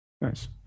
nice